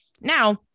Now